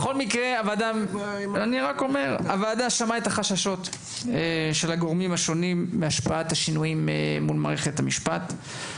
הוועדה שמעה את החששות של הגורמים השונים מהשינויים במערכת המשפט.